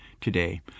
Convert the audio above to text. today